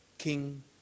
king